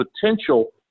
potential